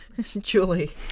Julie